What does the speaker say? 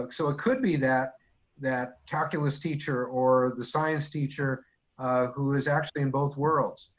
like so it could be that that calculus teacher or the science teacher who is actually in both worlds,